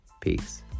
peace